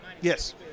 yes